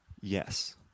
Yes